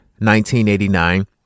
1989